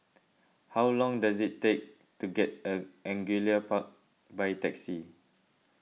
how long does it take to get Angullia Park by taxi